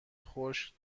خشک